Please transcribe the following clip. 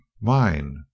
Mine